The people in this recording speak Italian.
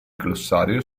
glossario